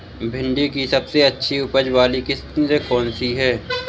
भिंडी की सबसे अच्छी उपज वाली किश्त कौन सी है?